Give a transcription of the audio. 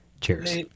Cheers